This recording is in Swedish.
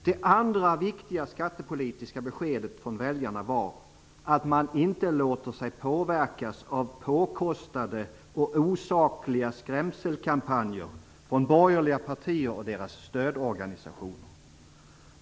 Det andra viktiga skattepolitiska beskedet från väljarna var att man inte låter sig påverkas av påkostade och osakliga skrämselkampanjer från borgerliga partier och deras stödorganisationer.